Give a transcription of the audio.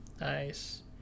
Nice